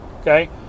Okay